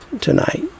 tonight